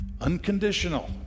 Unconditional